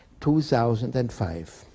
2005